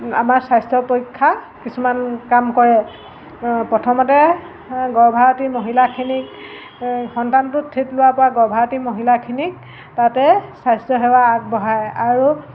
আমাৰ স্বাস্থ্য পৰীক্ষা কিছুমান কাম কৰে প্ৰথমতে গৰ্ভৱতী মহিলাখিনিক সন্তানটো থিত লোৱাৰপৰা গৰ্ভাৰতী মহিলাখিনিক তাতে স্বাস্থ্য সেৱা আগবঢ়ায় আৰু